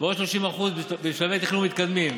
ועוד 30% בשלבי תכנון מתקדמים.